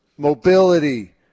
Mobility